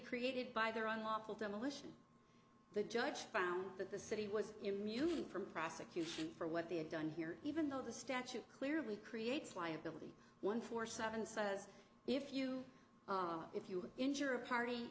created by their own law demolition the judge found that the city was immune from prosecution for what they have done here even though the statute clearly creates liability one four seven says if you if you injure a party